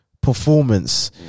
Performance